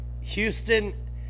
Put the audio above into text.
Houston